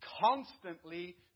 constantly